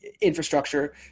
infrastructure